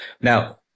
Now